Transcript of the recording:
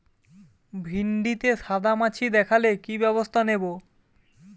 ভিন্ডিতে সাদা মাছি দেখালে কি ব্যবস্থা নেবো?